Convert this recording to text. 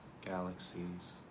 galaxies